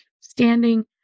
standing